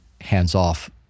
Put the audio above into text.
hands-off